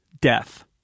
death